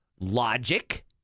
logic